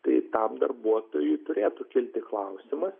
tai tam darbuotojui turėtų kilti klausimas